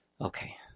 okay